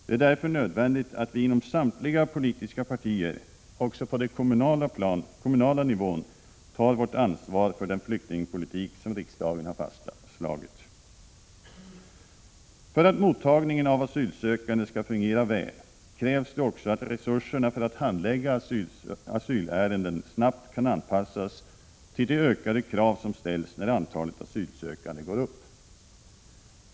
Det är därför nödvändigt att vi inom samtliga politiska partier också på den kommunala nivån tar vårt ansvar för den flyktingpolitik som riksdagen har fastslagit. För att mottagningen av asylsökande skall fungera väl krävs det också att resurserna för att handlägga asylärenden snabbt kan anpassas till de ökade krav som ställs när antalet asylsökande går upp.